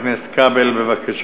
חבר הכנסת כבל, בבקשה.